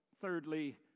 Thirdly